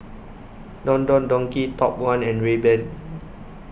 Don Don Donki Top one and Rayban